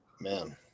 Man